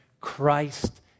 Christ